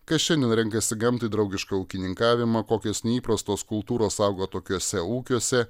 kas šiandien renkasi gamtai draugišką ūkininkavimą kokios neįprastos kultūros augo tokiuose ūkiuose